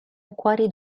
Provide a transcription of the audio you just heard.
acquari